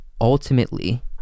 ultimately